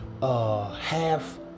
half